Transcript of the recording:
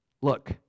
look